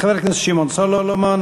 חבר הכנסת שמעון סולומון.